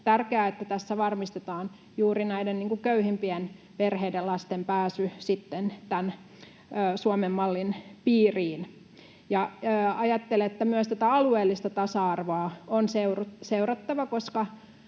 tärkeää, että tässä varmistetaan juuri köyhimpien perheiden lasten pääsy tämän Suomen mallin piiriin. Ajattelen, että myös alueellista tasa-arvoa on seurattava, koska